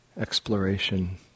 exploration